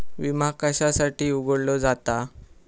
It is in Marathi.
विमा कशासाठी उघडलो जाता?